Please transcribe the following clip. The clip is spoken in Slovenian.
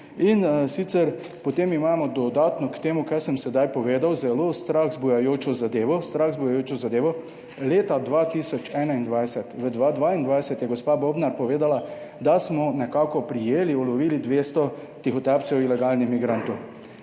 In sicer, potem imamo dodatno k temu, kar sem sedaj povedal zelo strah vzbujajočo zadevo, strah vzbujajočo zadevo, leta 2021, v 2022, je gospa Bobnar povedala, da smo nekako prijeli, ulovili 200 tihotapcev ilegalnih migrantov